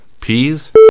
Peas